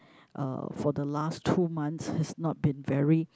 uh for the last two months has not been very